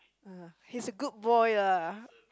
he's a good boy lah